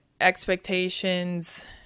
expectations